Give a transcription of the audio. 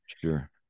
Sure